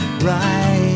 right